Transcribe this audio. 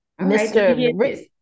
Mr